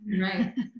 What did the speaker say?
right